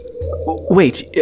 Wait